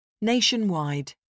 Nationwide